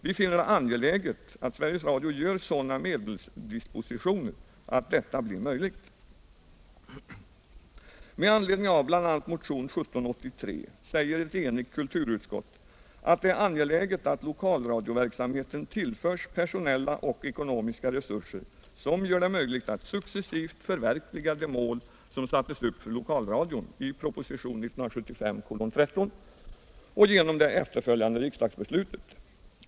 Vi finner det angeläget att Sveriges Radio gör sådana medelsdispositioner att detta blir möjligt. Med anledning av bl.a. motionen 1783 säger ett enigt kulturutskott att det är angeläget att lokalradioverksamheten tillförs personella och ekonomiska resurser, som gör det möjligt att successivt förverkliga de mål som sattes upp för lokalradion i propositionen 1975:13 och genom det efterföljande riksdagsbeslutet.